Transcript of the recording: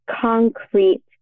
concrete